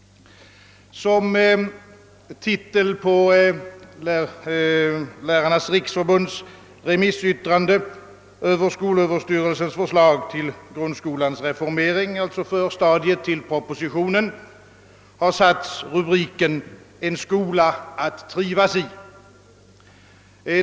Som titel på Lärarnas riksförbunds remissyttrande över skolöverstyrelsens förslag till grundskolans reformering, alltså förstadiet till propositionen, har satts rubriken En skola att trivas i.